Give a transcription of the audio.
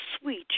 sweet